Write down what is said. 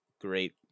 great